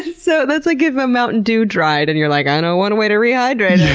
so that's like if a mountain dew dried and you're like, i know one way to rehydrate